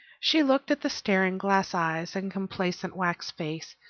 she looked at the staring glass eyes and complacent wax face,